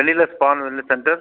టెలీలెస్ spa న్ wellness centre